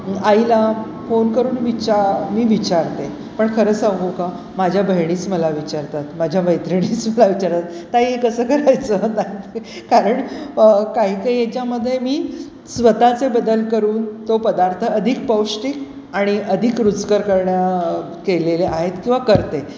आईला फोन करून विचा मी विचारते पण खरं सांगू का माझ्या बहिणीच मला विचारतात माझ्या मैत्रिणी सुद्धा विचारतात ताई कसं करायचं ताई ते कारण काही काही याच्यामध्ये मी स्वतःचे बदल करून तो पदार्थ अधिक पौष्टिक आणि अधिक रुचकर करण्या केलेले आहेत किंवा करते